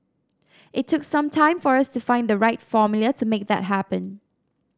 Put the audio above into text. it took some time for us to find the right formula to make that happen